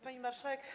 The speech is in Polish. Pani Marszałek!